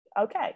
okay